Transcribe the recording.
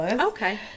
Okay